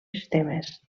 sistemes